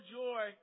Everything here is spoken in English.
joy